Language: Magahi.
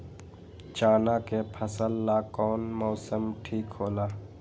चाना के फसल ला कौन मौसम ठीक होला?